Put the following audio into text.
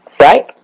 Right